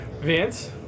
Vance